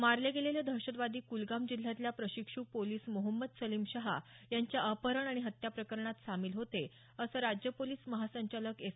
मारले गेलेले दहशतवादी कुलगाम जिल्ह्यातल्या प्रशिक्ष् पोलिस मोहम्मद सलीम शहा यांच्या अपहरण आणि हत्या प्रकरणात सामील होते असं राज्य पोलिस महासंचालक एस